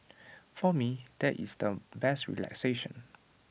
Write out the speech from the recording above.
for me that is the best relaxation